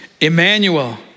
Emmanuel